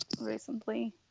recently